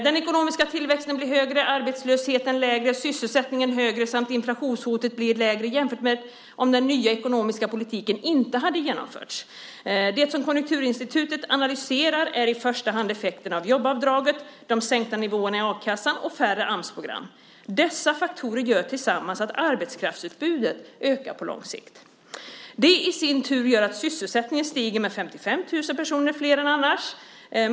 Den ekonomiska tillväxten blir högre, arbetslösheten blir lägre, sysselsättningen högre, och inflationshotet blir mindre jämfört med om den nya ekonomiska politiken inte hade genomförts. Det som Konjunkturinstitutet analyserar är i första hand effekterna av jobbavdraget, de sänkta nivåerna i a-kassan och färre Amsprogram. Dessa faktorer tillsammans gör att arbetskraftsutbudet ökar på lång sikt. Det i sin tur gör att sysselsättningen stiger med 55 000 personer flera än vad den annars skulle ha gjort.